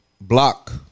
Block